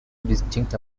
distinct